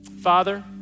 Father